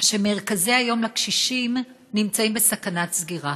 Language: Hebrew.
שמרכזי היום לקשישים נמצאים בסכנת סגירה.